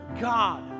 God